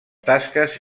tasques